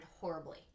horribly